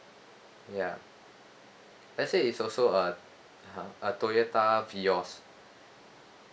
ya let's say it's also a !huh! a toyota vios